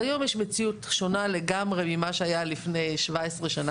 כל מי שיקבל רישיון